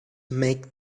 make